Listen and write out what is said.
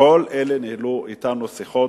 כל אלה ניהלו אתנו שיחות,